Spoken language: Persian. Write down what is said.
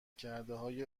کردههای